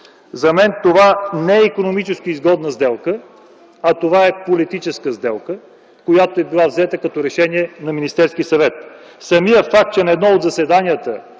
За мен това не е икономически изгодна сделка, а това е политическа сделка, която е била взета като решение на Министерския съвет. Самият факт, че на едно от заседанията